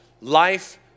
Life